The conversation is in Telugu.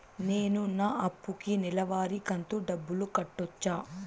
నేను నా అప్పుకి నెలవారి కంతు డబ్బులు కట్టొచ్చా?